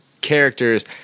characters